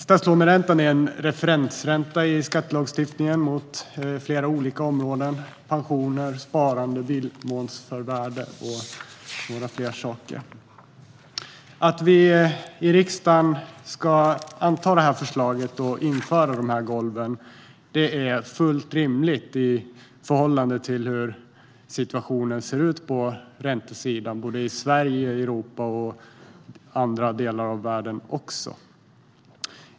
Statslåneräntan är en referensränta i skattelagstiftningen, mot flera olika områden - pensioner, sparande, bilförmånsvärde och några andra områden. Att vi i riksdagen ska anta detta förslag och införa golven är fullt rimligt i förhållande till hur situationen ser ut på räntesidan såväl i Sverige och Europa som i andra delar av världen.